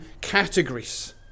categories